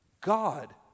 God